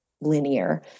linear